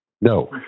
No